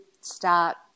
start